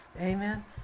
Amen